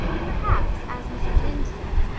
perhaps, as mrs. lynde says,